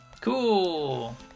Cool